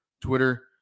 Twitter